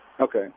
Okay